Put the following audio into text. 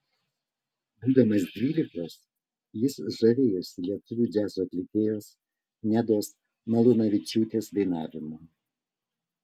būdamas dvylikos jis žavėjosi lietuvių džiazo atlikėjos nedos malūnavičiūtės dainavimu